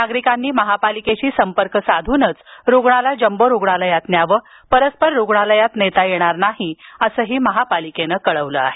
नागरिकांनी महापालिकेशी संपर्क साधूनच रुग्णाला जम्बो रुग्णालयात न्यावं परस्पर रुग्णालयात नेता येणार नाही असं महापालिकेनं कळवलं आहे